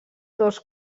dos